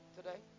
today